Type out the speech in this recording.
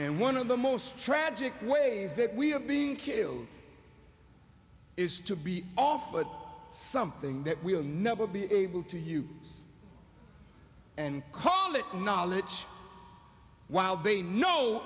and one of the most tragic ways that we are being killed is to be offered something that we would never be able to use and call it knowledge while they know